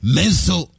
Menso